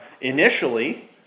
initially